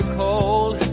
cold